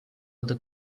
other